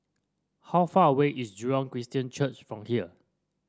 how far away is Jurong Christian Church from here